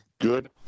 Good